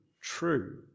true